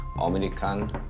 American